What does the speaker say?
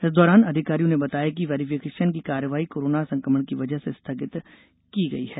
इस दौरान अधिकारियों ने बताया कि वेरिफिकेशन की कार्यवाही कोरोना संक्रमण की वजह से स्थगित की गई है